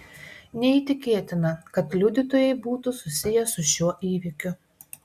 neįtikėtina kad liudytojai būtų susiję su šiuo įvykiu